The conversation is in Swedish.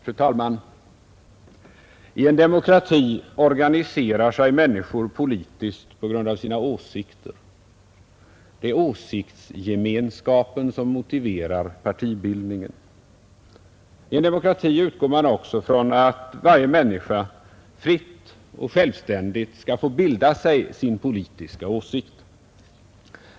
Fru talman! I en demokrati organiserar sig människor politiskt på grund av sina åsikter. Det är åsiktsgemenskapen som motiverar partibildningen. I en demokrati utgår man också från att varje människa fritt och självständigt skall få bilda sig sin politiska åsikt.